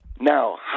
Now